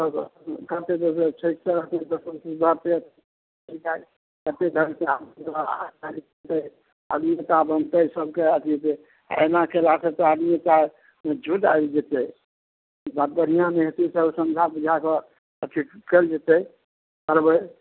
सभके करतै बाते बिचारे बनतै सभके अथी हेतै आ एना केलासँ तऽ आदमीके झुलि आबि जेतै जा बढ़िआँ नहि हेतै सभ समझा बुझा कऽ ठीक कयल जेतै करबै